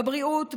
בבריאות,